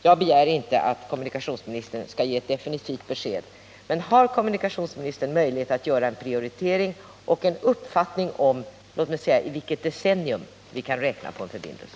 Jag begär inte att kommunikationsministern skall ge ett definitivt besked. Men har kommunikationsministern möjlighet att göra en prioritering, och har kommunikationsministern en uppfattning om i vilket decennium vi kan räkna med en förbindelse?